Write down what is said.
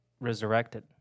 resurrected